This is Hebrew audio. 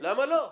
למה לא?